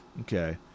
Okay